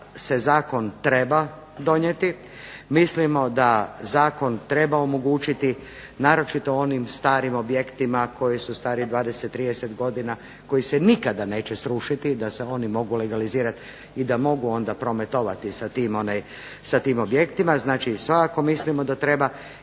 da se zakon treba donijeti, mislimo da zakon treba omogućiti naročito onim starim objektima koji su stari 20, 30 godina, koji se nikada neće srušiti, da se oni mogu legalizirati i da mogu onda prometovati sa tim objektima. Znači svakako mislimo da treba